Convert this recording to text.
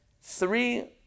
Three